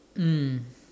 mm